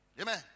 Amen